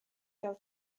gael